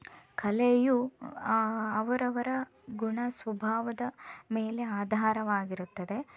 ಕಲೆಯು ಆ ಅವರವರ ಗುಣ ಸ್ವಭಾವದ ಮೇಲೆ ಆಧಾರವಾಗಿರುತ್ತದೆ